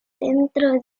centro